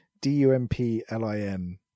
d-u-m-p-l-i-n